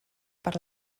per